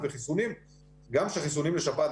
גם חיסונים לשפעת,